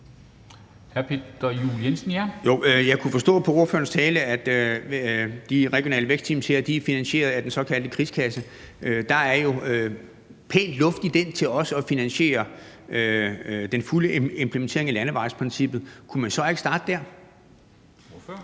Peter Juel-Jensen (V): Jeg kunne forstå på ordførerens tale, at de regionale vækstteam her er finansieret af den såkaldte krigskasse. Der er der jo pænt med luft til også at finansiere den fulde implementering af landevejsprincippet. Kunne man så ikke starte der? Kl.